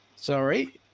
Sorry